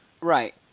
right